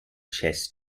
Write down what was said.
chess